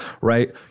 right